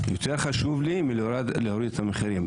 יותר חשוב לי מהורדת המחירים.